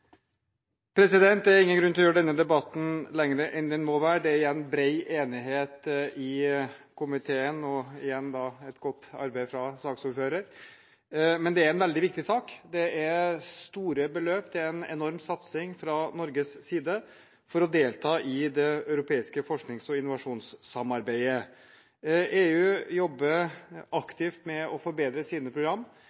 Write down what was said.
Det er ingen grunn til å gjøre denne debatten lengre enn den må være. Det er igjen brei enighet i komiteen og et godt arbeid fra saksordføreren. Men det er en veldig viktig sak. Det er store beløp og en enorm satsing fra Norges side for å delta i det europeiske forsknings- og innovasjonssamarbeidet. EU jobber